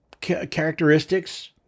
characteristics